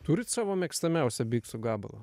turit savo mėgstamiausią biksų gabalą